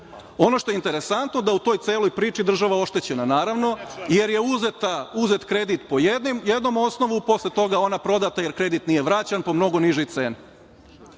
što je interesantno je da je u toj celoj priči država oštećena, naravno, jer je uzet kredit po jednom osnovu, posle toga je ona prodata, jer kredit nije vraćen, po mnogo nižoj ceni.